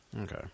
Okay